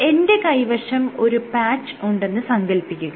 എന്റെ കൈവശം ഒരു പാച്ച് ഉണ്ടെന്ന് സങ്കൽപ്പിക്കുക